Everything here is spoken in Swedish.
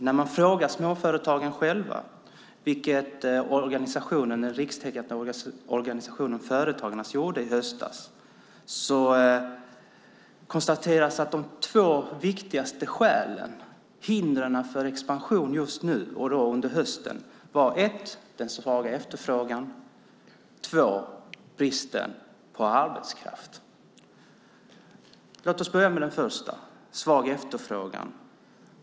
När man frågar småföretagen - det gjorde den rikstäckande organisationen Företagarna i höstas - kan man konstatera att de två viktigaste skälen till hinder för expansion under hösten var den svaga efterfrågan och bristen på arbetskraft. Låt oss börja med det första: svag efterfrågan.